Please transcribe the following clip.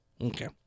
Okay